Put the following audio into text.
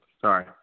sorry